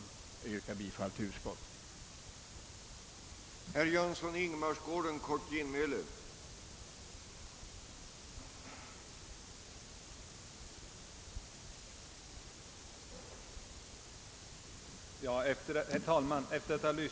Jag yrkar bifall till utskottets hemställan.